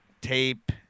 tape